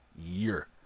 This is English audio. year